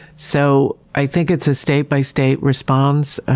so i think it's a state-by-state response, and